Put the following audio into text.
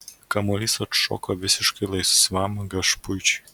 kamuolys atšoko visiškai laisvam gašpuičiui